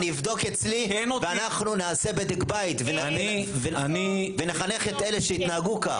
אני אבדוק אצלי ואנחנו נעשה בדק בית ונחנך את אלה שהתנהגו כך.